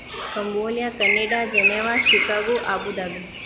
Cambodia Canada Geneva Chicago Abu Dhabi